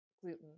gluten